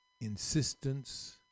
insistence